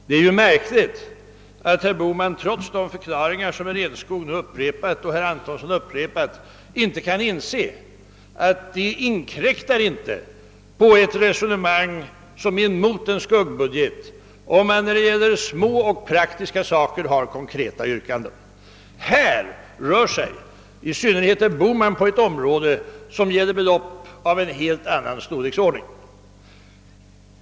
Det är märkligt att herr Bohman trots de förklaringar som herr Enskog och även herr Antonsson upprepat inte kan inse att det inkräktar inte på argumentationen mot en skuggbudget, om man när det gäller ekonomiskt små saker har konkreta yrkanden. Men i fråga om försvaret rör sig i synnerhet herr Bohman på ett område som gäller belopp av helt annan storleksordning.